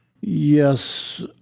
Yes